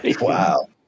wow